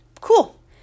Cool